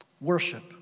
Worship